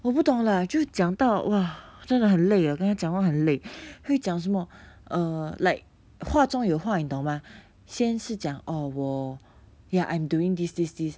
我不懂 lah 就讲到 !wah! 真的很累 eh 跟他讲话很累会讲什么 err like 话中有话你懂吗先是讲 orh 我 ya I'm doing this this this